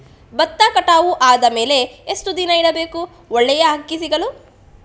ಭತ್ತ ಕಟಾವು ಆದಮೇಲೆ ಎಷ್ಟು ದಿನ ಇಡಬೇಕು ಒಳ್ಳೆಯ ಅಕ್ಕಿ ಸಿಗಲು?